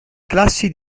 classi